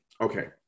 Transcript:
Okay